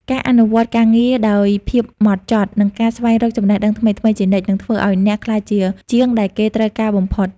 ការអនុវត្តការងារដោយភាពហ្មត់ចត់ និងការស្វែងរកចំណេះដឹងថ្មីៗជានិច្ច នឹងធ្វើឱ្យអ្នកក្លាយជាជាងដែលគេត្រូវការបំផុត។